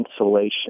insulation